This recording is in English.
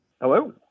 Hello